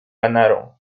ganaron